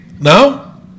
No